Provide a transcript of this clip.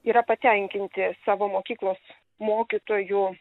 yra patenkinti savo mokyklos mokytojų